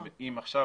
אם עכשיו